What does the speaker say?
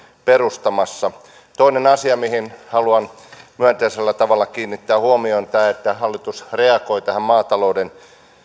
perustamassa toinen asia mihin haluan myönteisellä tavalla kiinnittää huomion on tämä että hallitus reagoi tähän maatalouden